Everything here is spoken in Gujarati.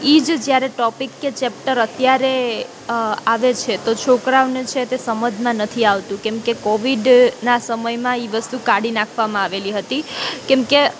એ જ જ્યારે ટોપિક કે ચેપ્ટર અત્યારે આવે છે તો છોકરાઓને છે તે સમજમાં નથી આવતું કેમ કે કોવિડનાં સમયમાં એ વસ્તુ કાઢી નાખવામાં આવેલી હતી કેમ કે